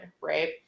Right